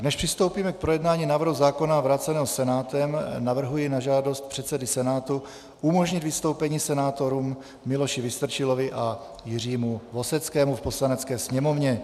Než přistoupíme k projednání návrhu zákona vráceného Senátem, navrhuji na žádost předsedy Senátu umožnit vystoupení senátorům Miloši Vystrčilovi a Jiřímu Voseckému v Poslanecké sněmovně.